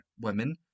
women